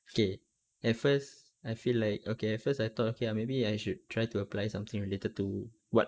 okay at first I feel like okay at first I thought okay ah maybe I should try to apply something related to what